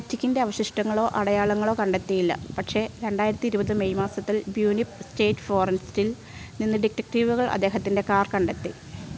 പാറ്റിക്കിൻ്റെ അവശിഷ്ടങ്ങളോ അടയാളങ്ങളോ കണ്ടെത്തിയില്ല പക്ഷേ രണ്ടായിരത്തി ഇരുപത്തി മെയ് മാസത്തിൽ ബ്യൂനിപ് സ്റ്റേറ്റ് ഫോറസ്റ്റിൽ നിന്ന് ഡിറ്റക്ടീവുകൾ അദ്ദേഹത്തിൻ്റെ കാർ കണ്ടെത്തി